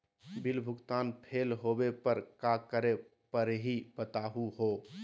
Bill भुगतान fail होवे पर का करै परही, बताहु हो?